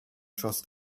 trust